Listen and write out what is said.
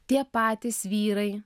tie patys vyrai